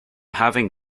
having